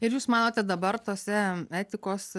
ir jūs manote dabar tose etikos